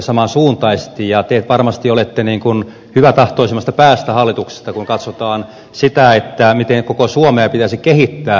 te varmasti olette hyväntahtoisimmasta päästä hallituksessa kun katsotaan sitä miten koko suomea pitäisi kehittää